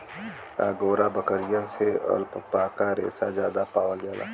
angora बकरियन से alpaca रेसा जादा पावल जाला